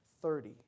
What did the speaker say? thirty